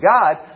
God